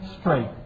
straight